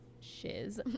shiz